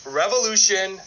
revolution